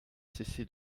cessé